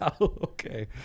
Okay